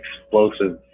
explosive